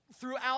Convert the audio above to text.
throughout